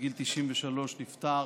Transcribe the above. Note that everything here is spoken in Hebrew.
בגיל 93, נפטר